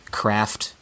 craft